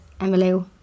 Emily